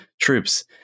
troops